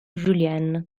julien